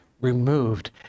removed